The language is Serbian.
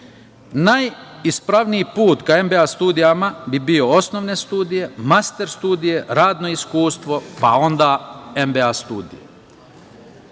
fakulteti. Najispravniji put ka MBA studijama bi bio osnovne studije, master studije, radno iskustvo, pa onda MBA studije.Za